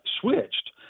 switched